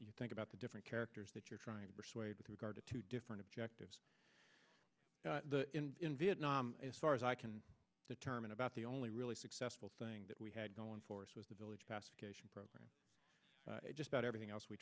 you think about the different characters that you're trying to persuade with regard to two different objectives in vietnam as far as i can determine about the only really successful thing that we had going for us was the village passed cation program just about everything else we